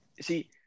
see